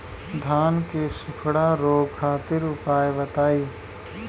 धान के सुखड़ा रोग खातिर उपाय बताई?